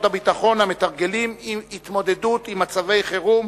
הביטחון המתרגלים התמודדות עם מצבי חירום,